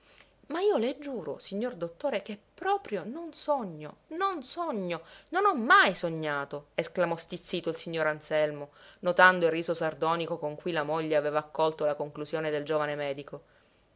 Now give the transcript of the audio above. ma io le giuro signor dottore che proprio non sogno non sogno non ho mai sognato esclamò stizzito il signor anselmo notando il riso sardonico con cui la moglie aveva accolto la conclusione del giovane medico